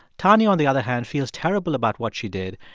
tonia, on the other hand, feels terrible about what she did.